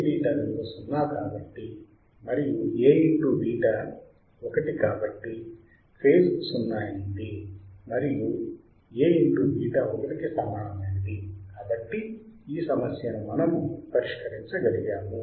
Aβ విలువ 0 కాబట్టి మరియు A ఇంటూ β 1 కాబట్టి ఫేజ్ 0 అయింది మరియు A ఇంటూ β 1 కి సమానమైనది కాబట్టి ఈ సమస్యని మనము పరిష్కరించగలిగాము